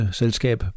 selskab